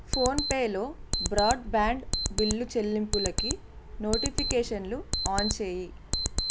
ఫోన్పేలో broadband bill చెల్లింపులకి నోటిఫికేషన్లు ఆన్ చేయి